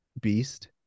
Beast